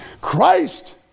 Christ